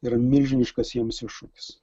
yra milžiniškas jiems iššūkis